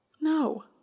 No